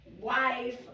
wife